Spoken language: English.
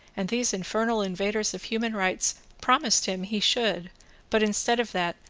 and these infernal invaders of human rights promised him he should but, instead of that,